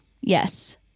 Yes